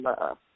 love